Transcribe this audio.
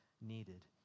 needed